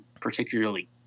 particularly